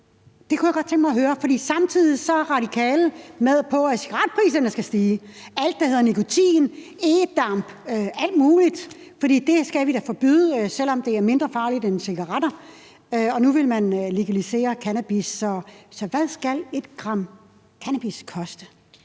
Det kunne jeg godt tænke mig høre. For samtidig er Radikale Venstre med på, at cigaretpriserne skal stige, og alt, hvad der hedder nikotinprodukter, e-damp og alt muligt andet, skal vi da forbyde, selv om det er mindre farligt end cigaretter. Og nu vil man legalisere cannabis. Så hvad skal 1 g cannabis koste?